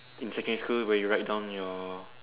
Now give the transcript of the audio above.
in secondary school where you write down your